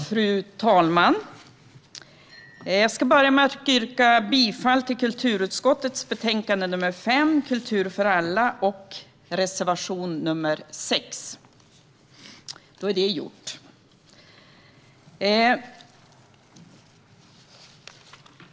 Fru talman! Jag ska börja med att yrka bifall till reservation 6.